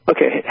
Okay